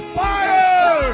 fire